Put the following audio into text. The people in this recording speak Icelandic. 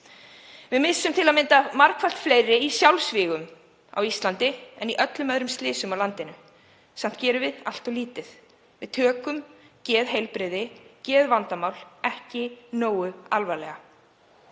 Við missum til að mynda margfalt fleiri í sjálfsvígum á Íslandi en í öllum öðrum slysum á landinu. Samt gerum við allt of lítið. Við tökum geðheilbrigði og geðvandamál ekki nógu alvarlega.